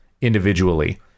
individually